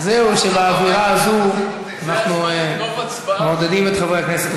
באווירה הזו אנחנו מעודדים את חברי הכנסת.